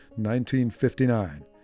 1959